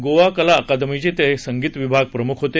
गोवा कला अकादमीचे ते संगीत विभाग प्रमुख होते